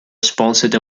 sponsored